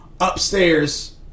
upstairs